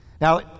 Now